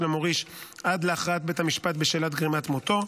המוריש עד להכרעת בית המשפט בשאלת גרימת מותו,